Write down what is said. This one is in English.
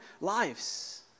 lives